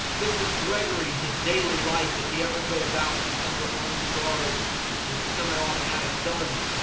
this is grigory, his daily life. if he ever goes out, he's under armed guards with semi-automatic guns,